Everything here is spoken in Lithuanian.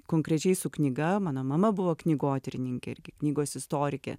konkrečiai su knyga mano mama buvo knygotyrininkė knygos istorikė